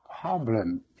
problem